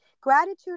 gratitude